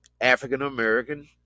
African-American